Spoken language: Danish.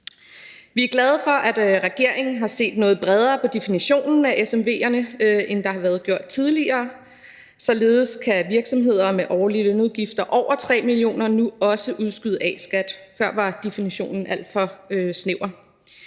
Vi er glade for, at regeringen har set noget bredere på definitionen af SMV'erne, end der har været gjort tidligere. Således kan virksomheder med årlige lønudgifter over 3 mio. kr. nu også udskyde A-skat; før var definition alt for snæver.